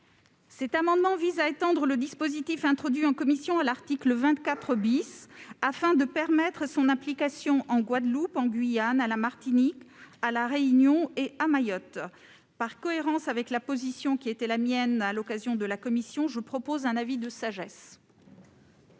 Cet amendement vise à étendre le dispositif introduit en commission à l'article 24 , afin d'en prévoir l'application en Guadeloupe, en Guyane, à la Martinique, à La Réunion et à Mayotte. Par cohérence avec la position qui était la mienne lors de l'examen du texte en commission, je m'en remets à la sagesse